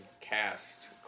cast